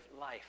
life